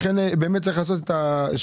לכן באמת צריך לעשות את השינוי.